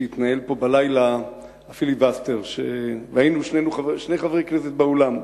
כשהתנהל פה בלילה פיליבסטר והיינו שני חברי כנסת באולם,